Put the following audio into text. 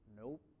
Nope